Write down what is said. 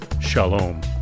Shalom